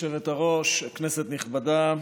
גברתי היושבת-ראש, כנסת נכבדה,